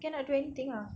cannot do anything ah